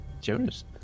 Jonas